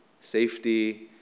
Safety